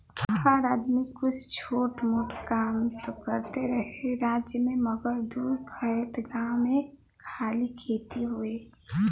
हर आदमी कुछ छोट मोट कां त करते रहे राज्य मे मगर दूर खएत गाम मे खाली खेती होए